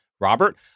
Robert